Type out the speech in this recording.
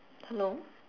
hello